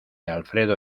alfredo